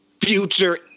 Future